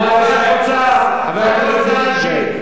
חבר הכנסת, נא לסיים.